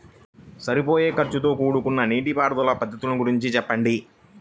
సరిపోయే ఖర్చుతో కూడుకున్న నీటిపారుదల పద్ధతుల గురించి చెప్పండి?